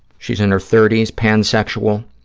she's in her thirty s, pansexual,